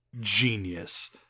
genius